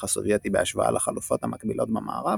הסובייטי בהשוואה לחלופות המקבילות במערב